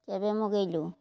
କେବେ ମଗେଇଲୁ